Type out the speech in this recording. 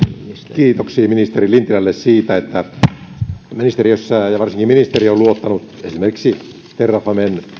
kiitoksiin ministeri lintilälle siitä että ministeriö ja varsinkin ministeri on luottanut esimerkiksi terrafamen